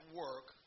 work